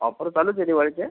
offer चालू आहे का दिवाळीच्या